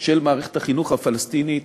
של מערכת החינוך הפלסטינית